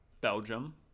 Belgium